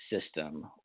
system